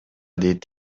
дейт